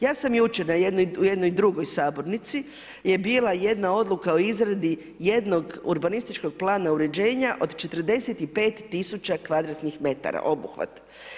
Ja sam jučer u jednoj drugoj sabornici je bila jedna odluka o izradi jednog urbanističkog plana uređenja od 45000 kvadratnih metara obuhvat.